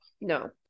No